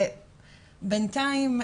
בינתיים,